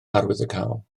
arwyddocaol